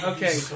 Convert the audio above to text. Okay